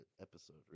episode